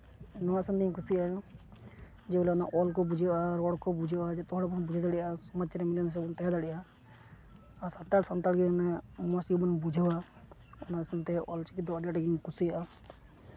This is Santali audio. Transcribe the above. ᱱᱚᱣᱟ ᱥᱟᱵᱛᱤᱧ ᱠᱩᱥᱤᱭᱟᱜᱼᱟ ᱡᱮᱜᱩᱞᱟ ᱚᱱᱟ ᱚᱞ ᱠᱚ ᱵᱩᱡᱷᱟᱹᱜᱼᱟ ᱨᱚᱲ ᱠᱚ ᱵᱩᱡᱷᱟᱹᱜᱼᱟ ᱡᱚᱛᱚ ᱦᱚᱲ ᱵᱚᱱ ᱵᱩᱡᱷᱟᱹᱣ ᱫᱟᱲᱮᱭᱟᱜᱼᱟ ᱥᱚᱢᱟᱡᱽ ᱨᱮ ᱢᱤᱞᱮᱢᱤᱥᱮ ᱵᱚᱱ ᱛᱟᱦᱮᱸ ᱫᱟᱲᱮᱭᱟᱜᱼᱟ ᱟᱨ ᱥᱟᱱᱛᱟᱲ ᱥᱟᱱᱛᱟᱲ ᱜᱮ ᱢᱟᱱᱮ ᱢᱚᱡᱽ ᱛᱮᱜᱮ ᱵᱚᱱ ᱵᱩᱡᱷᱟᱹᱣᱟ ᱚᱱᱟ ᱥᱟᱶᱛᱮ ᱚᱞ ᱪᱤᱠᱤ ᱫᱚ ᱟᱹᱰᱤ ᱟᱸᱴᱜᱤᱧ ᱠᱩᱥᱤᱭᱟᱜᱼᱟ